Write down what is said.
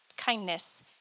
Kindness